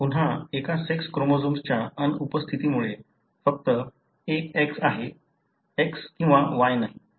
पुन्हा एका सेक्स क्रोमोझोम्सच्या अनुपस्थितीमुळे फक्त एक X आहे X किंवा Y नाही